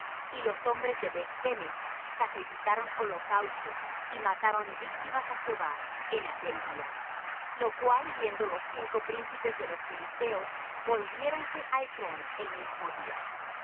y los hombre de beth-semes sacrificaron holocaustos y mataron víctimas á jehová en aquel día lo cual viendo los cinco príncipes de los filisteos volviéronse á ecrón el mismo día estas